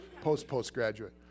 post-postgraduate